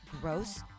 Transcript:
gross